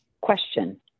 Question